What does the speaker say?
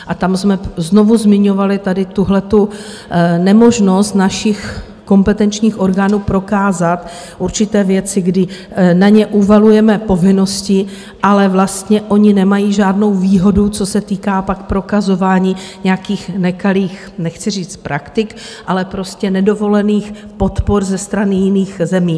A tam jsme znovu zmiňovali tuhletu nemožnost našich kompetenčních orgánů prokázat určité věci, kdy na ně uvalujeme povinnosti, ale vlastně oni nemají žádnou výhodu, co se týká pak prokazování nějakých nekalých nechci říct praktik, ale prostě nedovolených podpor ze strany jiných zemí.